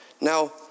Now